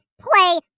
play